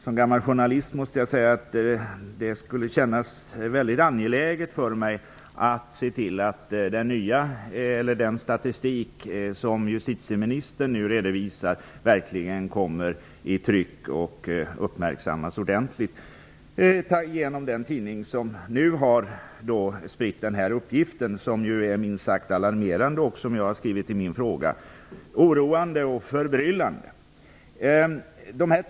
Som gammal journalist måste jag säga att det för mig är angeläget att den statistik som justitieministern nu redovisar verkligen kommer i tryck och uppmärksammas ordentligt, genom den tidning som har spritt dessa uppgifter, som är minst sagt alarmerande, oroande och förbryllande, och som som jag har skrivit om i min fråga.